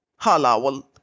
halawal